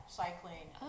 cycling